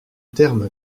terme